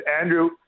Andrew